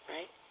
Right